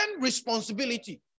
responsibility